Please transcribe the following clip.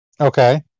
Okay